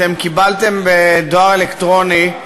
קיבלתם בדואר אלקטרוני,